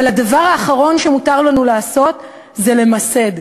אבל הדבר האחרון שמותר לנו לעשות זה למסד.